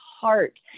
heart